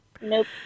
Nope